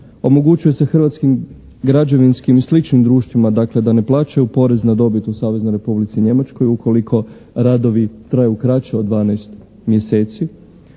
Omogućuje se hrvatskim građevinskim i sličnim društvima dakle da ne plaćaju porez na dobit u Saveznoj Republici Njemačkoj ukoliko radovi traju kraće od 12 mjeseci.